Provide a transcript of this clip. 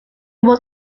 was